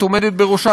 את עומדת בראשה,